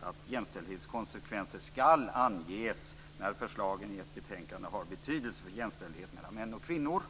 att jämställdhetskonsekvenser skall anges när förslagen i ett betänkande har betydelse för jämställdhet mellan män och kvinnor.